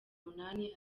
umunani